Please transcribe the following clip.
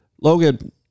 Logan